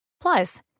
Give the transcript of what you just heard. Plus